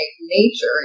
Nature